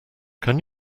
can